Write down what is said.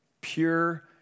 Pure